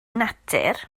natur